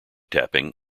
tapping